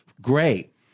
Great